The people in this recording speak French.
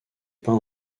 peint